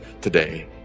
today